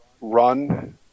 run